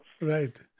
Right